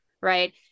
right